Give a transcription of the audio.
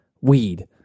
weed